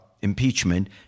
impeachment